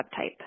subtype